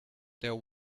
there